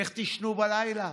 איך תישנו בלילה,